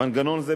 מנגנון זה,